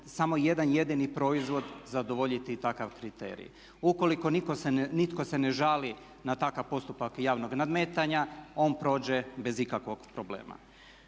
samo jedan jedini proizvod zadovoljiti takav kriterij. Ukoliko nitko se ne žali na takav postupak javnog nadmetanja on prođe bez ikakvog problema.